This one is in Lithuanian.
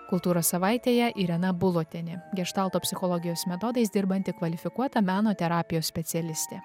kultūros savaitėje irena bulotienė geštalto psichologijos metodais dirbanti kvalifikuota meno terapijos specialistė